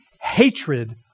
hatred